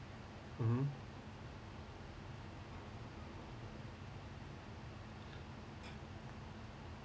mmhmm